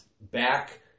back